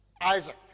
Isaac